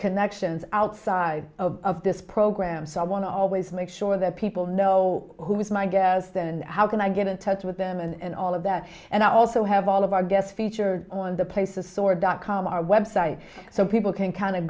connections outside of this program so i want to always make sure that people know who is my guest and how can i get in touch with them and all of that and i also have all of our guests featured on the places store dot com our web site so people can kind of